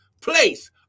place